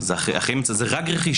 זה רק רכישה.